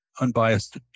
unbiased